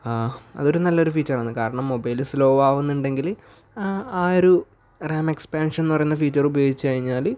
അത് ഒരു നല്ല ഒരു ഫീച്ചറാണ് കാരണം മൊബൈല് സ്ലോ ആകുന്നുണ്ടെങ്കിൽ ആ ഒരു റാം എക്സ്പാൻഷൻ എന്ന് പറയുന്ന ഫീച്ചറുപയോഗിച്ച് കഴിഞ്ഞാൽ